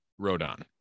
Rodon